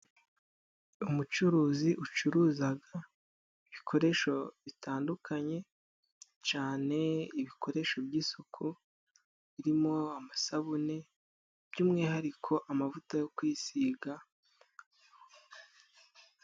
Umucuruzi ucuruzaga ibikoresho bitandukanye cane ibikoresho by'isuku, birimo amasabune by'umwihariko amavuta yo kwisiga.